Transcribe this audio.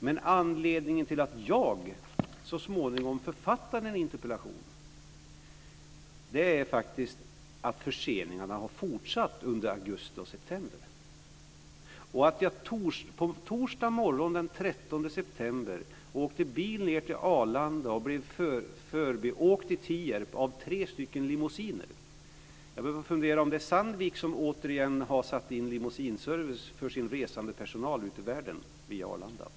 Men anledningen till att jag så småningom författade en interpellation var faktiskt att förseningarna har fortsatt under augusti och september och att jag på torsdag morgon den 13 september åkte bil till Arlanda och blev förbiåkt i Tierp av tre stycken limousiner. Jag började fundera på om det var Sandvik som återigen satt in limousineservice för sin resandepersonal ut i världen via Arlanda.